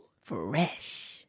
Fresh